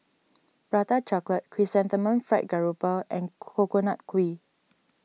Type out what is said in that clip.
Prata Chocolate Chrysanthemum Fried Grouper and Coconut Kuih